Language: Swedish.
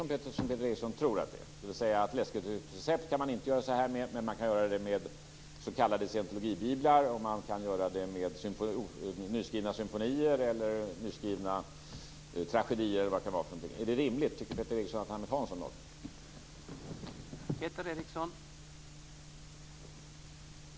Om det nu är som Peter Eriksson tror, dvs. att man inte kan göra så här med läskedrycksrecept, men att man kan göra det med s.k. scientologbiblar, med nyskrivna symfonier och tragedier osv. - är det då rimligt? Tycker Peter Eriksson att han vill ha en sådan lagstiftning?